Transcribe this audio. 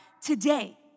today